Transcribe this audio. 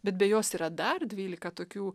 bet be jos yra dar dvylika tokių